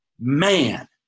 Man